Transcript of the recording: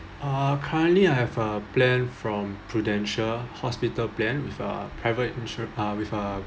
ah currently I have a plan from prudential hospital plan with a private insur~ with a